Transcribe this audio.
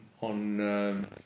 on